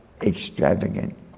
extravagant